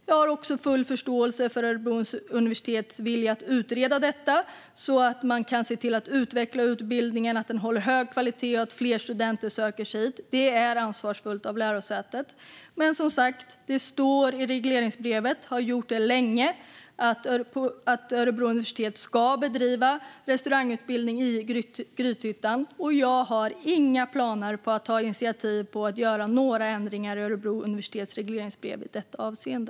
Jag har också full förståelse för Örebro universitets vilja att utreda detta så att man kan utveckla utbildningen och se till att den håller hög kvalitet och att fler studenter söker sig dit. Detta är ansvarsfullt av lärosätet. Men, som sagt, det står och har länge stått i regleringsbrevet att Örebro universitet ska bedriva restaurangutbildning i Grythyttan, och jag har inga planer på att ta initiativ till att göra några ändringar i Örebro universitets regleringsbrev i detta avseende.